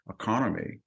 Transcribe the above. economy